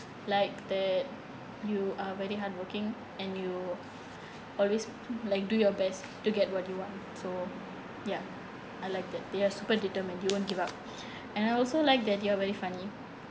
like that you are very hardworking and you always like do your best to get what you want so ya I like that you are super determined you won't give up and I also like that you are very funny